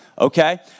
okay